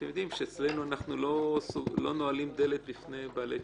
אתם יודעים שאצלנו לא נועלים דלת בפני בעלי תשובה.